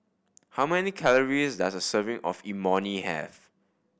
how many calories does a serving of Imoni have